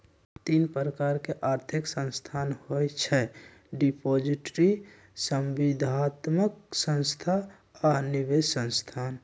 तीन प्रकार के आर्थिक संस्थान होइ छइ डिपॉजिटरी, संविदात्मक संस्था आऽ निवेश संस्थान